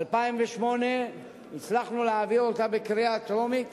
ב-2008 הצלחנו להעביר אותה בקריאה טרומית,